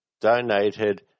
donated